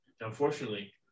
Unfortunately